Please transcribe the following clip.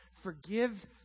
forgive